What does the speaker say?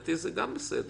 מבחינתי זה גם בסדר.